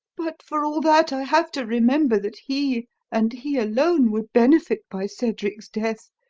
but, for all that, i have to remember that he and he alone would benefit by cedric's death,